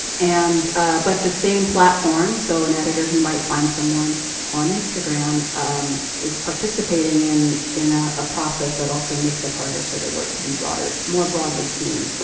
and but the same platform, so an editor who might find someone on instagram is participating in a ah ah process that also makes it harder for the work to be broader, more broadly seen.